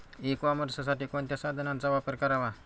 E कॉमर्ससाठी कोणत्या साधनांचा वापर करावा?